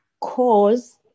cause